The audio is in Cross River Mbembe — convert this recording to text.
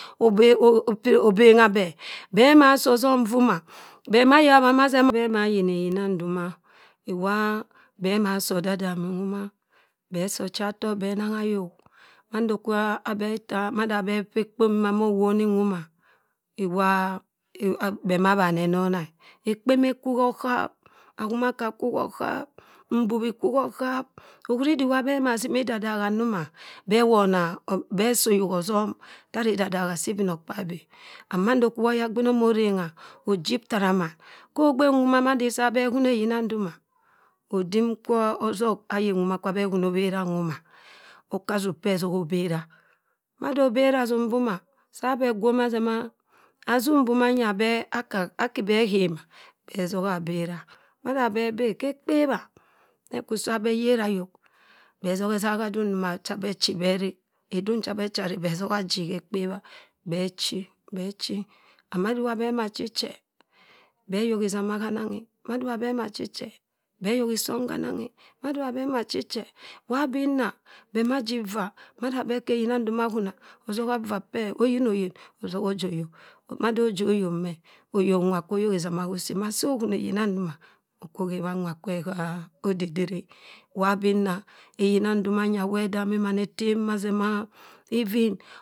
. Obengha beh, beh maa sii osom nwo ma. Be ma ayin eyina ndoma, iwaa, beh maa sii odadami nwoma beh si ochatok be nangha ayok. mando abah ittaa mada beh abha ekpo mboma mowoni nwoma e. iwa, beh ma abhani enona e. ekpo emma ekwu kho okhap, akhimakan akwu okhap, mbub ikwu hokhap. ohuri diwa beh ssimi ididagha nsoma beh soyok ọsọm tara idadagha sii ibinokpabi. And mando kwa oyagbin osima orengha ojib tara mann kho ogbe nwo madi saa beh huna eyina ndoma, odim kwo osok ayi nwoma kwu beh ahuna obhera nwoma, okha asuk peh ozoha obora, mada obera asuk mboma, saa beh gwo ma se ma, asuk bonya aki beh ahema, beh soha abera. mada beh berr, khe ekpebah ma kwu sa be yerayo. Beh soha esaha dung ndoma chi beh chi beh rikh. edung chi beh cha arik, beh togha aji khe kpebha. beh chi, beh chi and mada iwa beh mma chi che, beh ayok izama hananaghi, mada iwa beh ma chi che, behayok isam hananghi, mada iwa beh chi che, waa abinna beh ma iii waa mada beh kha eyina ahuna osoha vaa peh oyinoyin ozoha ojii oyok mada osi oyok meh, nwa kwoyok ayok izama hosii massa ohuma eyina ndoma, okwo ohebha nwakwe ha odidiri. waa abinna, eyina ndo manya edami mana etem ma ivin.